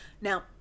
now